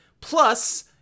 plus